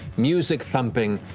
music thumping.